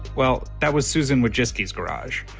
well, that was susan wojcicki's garage.